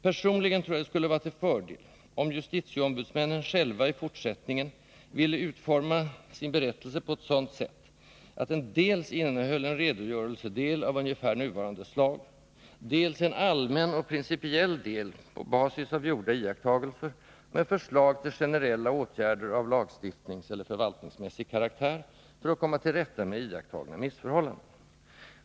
Personligen tror jag det skulle vara till fördel om justitieombudsmännen själva i fortsättningen ville utforma sin berättelse på ett sådant sätt att den dels innehöll en redogörelsedel av ungefär nuvarande slag, dels en allmän och principiell del, på basis av gjorda iakttagelser, och med förslag till generella åtgärder av lagstiftningseller förvaltningsmässig karaktär för att komma till rätta med iakttagna missförhållanden.